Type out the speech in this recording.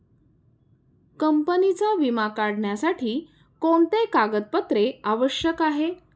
कंपनीचा विमा काढण्यासाठी कोणते कागदपत्रे आवश्यक आहे?